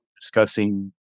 discussing